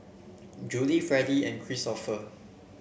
Juli Fredy and Kristoffer